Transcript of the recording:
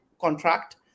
contract